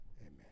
Amen